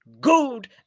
good